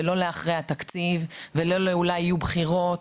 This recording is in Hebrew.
ולא לתקופה שאחרי התקציב ולא לתקופה של אולי יהיו בחירות,